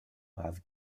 have